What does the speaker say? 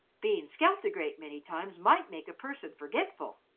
being scalped a great many times might make a person forgetful.